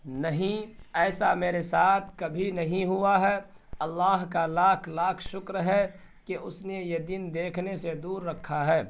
نہیں ایسا میرے ساتھ کبھی نہیں ہوا ہے اللہ کا لاکھ لاکھ شکر ہے کہ اس نے یہ دن دیکھنے سے دور رکھا ہے